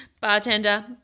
Bartender